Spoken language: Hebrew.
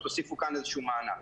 או תוסיפו כאן איזשהו מענק.